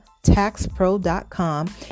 taxpro.com